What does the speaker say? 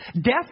Death